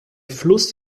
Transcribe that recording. fluss